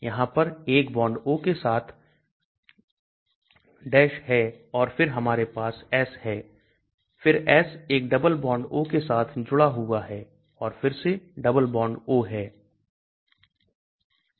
यहां पर 1 bond O के साथ है और फिर हमारे पास S है फिर S एक डबल बॉन्ड O के साथ जुड़ा हुआ है और फिर से डबल बॉन्ड O है